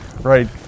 right